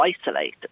isolated